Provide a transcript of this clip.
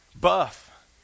Buff